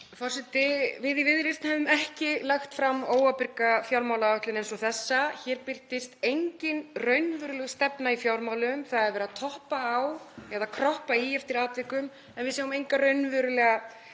Forseti. Við í Viðreisn hefðum ekki lagt fram óábyrga fjármálaáætlun eins og þessa. Hér birtist engin raunveruleg stefna í fjármálum. Það er verið að toppa á eða kroppa í eftir atvikum en við sjáum enga raunverulega